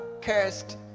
cursed